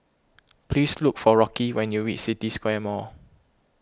please look for Rocky when you reach City Square Mall